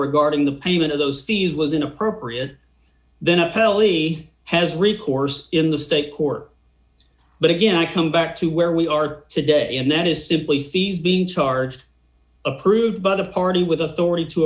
regarding the payment of those thieves was inappropriate then appellee has recourse in the state court but again i come back to where we are today and that is simply steve's been charged approved by the party with authority to